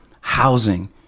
housing